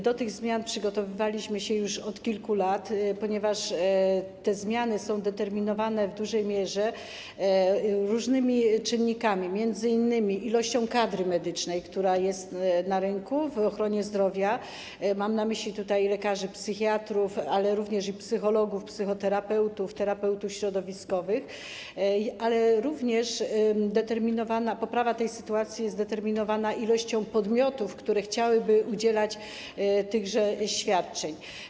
Do tych zmian przygotowywaliśmy się już od kilku lat, ponieważ te zmiany są determinowane w dużej mierze różnymi czynnikami, m.in. ilością kadry medycznej, która jest na rynku w ochronie zdrowia - mam na myśli lekarzy psychiatrów, a także psychologów, psychoterapeutów, terapeutów środowiskowych - ale również poprawa tej sytuacji jest determinowana ilością podmiotów, które chciałyby udzielać tychże świadczeń.